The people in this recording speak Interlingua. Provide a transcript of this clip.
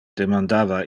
demandava